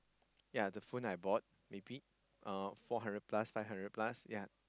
ya the phone I bought maybe uh four hundred plus five hundred plus ya